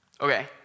Okay